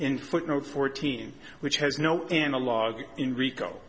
in footnote fourteen which has no analogue in rico